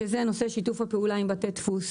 שזה נושא שיתוף הפעולה עם בתי דפוס